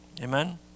amen